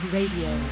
Radio